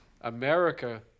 America